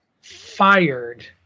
fired